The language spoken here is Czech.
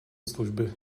služby